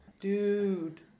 Dude